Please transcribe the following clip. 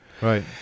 Right